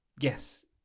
yes